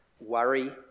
worry